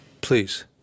Please